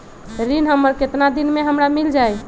ऋण हमर केतना दिन मे हमरा मील जाई?